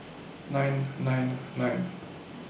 nine nine nine